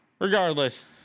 Regardless